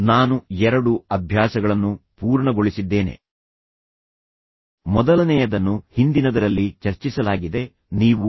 ನಾನು ಎರಡು ಅಭ್ಯಾಸಗಳನ್ನು ಪೂರ್ಣಗೊಳಿಸಿದ್ದೇನೆ ಏಕೆಂದರೆ ಅವು ನಿಮ್ಮನ್ನು ಪೋಷಿಸುವಲ್ಲಿ ನಿಮ್ಮನ್ನು ವ್ಯಕ್ತಿತ್ವದ ವಿಷಯದಲ್ಲಿಅಭಿವೃದ್ಧಿಪಡಿಸುವಲ್ಲಿ ಮತ್ತು ನಿಮಗೆ ಮೃದು ಕೌಶಲ್ಯಗಳನ್ನು ಅಭಿವೃದ್ಧಿಪಡಿಸುವಲ್ಲಿ ಮೂಲಭೂತವಾಗಿವೆ